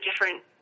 different